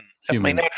human